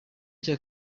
cya